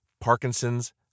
Parkinson's